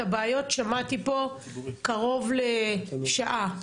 את הבעיות שמעתי פה קרוב לשעה,